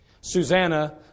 Susanna